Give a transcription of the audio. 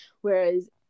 whereas